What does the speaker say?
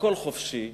הכול חופשי,